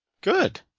Good